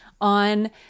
on